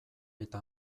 eta